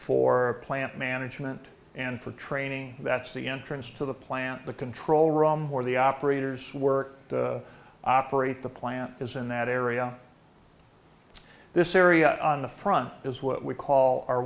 for plant management and for training that's the entrance to the plant the control room where the operators work the operate the plant is in that area this area on the front is what we call our